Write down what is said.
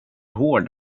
hård